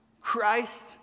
Christ